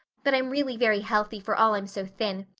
but i'm really very healthy for all i'm so thin.